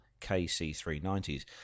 KC-390s